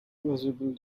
visible